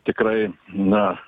tikrai na